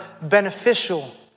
beneficial